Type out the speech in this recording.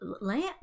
lamp